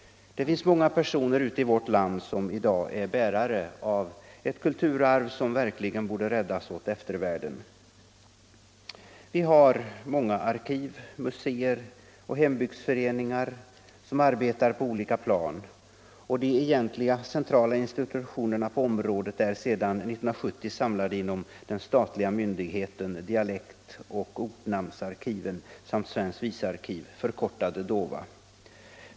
Det finns många personer ute i vårt land som i dag är bärare av ett kulturarv, som verkligen borde räddas åt eftervärlden. Vi har många arkiv, museer och hembygdsföreningar, arbetande på olika plan, och de egentliga centrala institutionerna på området är sedan 1970 samlade inom den statliga myndigheten dialektoch ortnamnsarkiven samt svenskt visarkiv, förkortat DOVA.